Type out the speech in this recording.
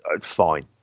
fine